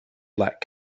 black